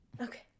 okay